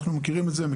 אנחנו מכירים את זה.